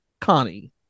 Connie